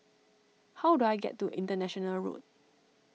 how do I get to International Road